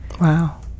Wow